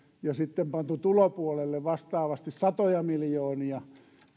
ja sitten pantu tulopuolelle vastaavasti satoja miljoonia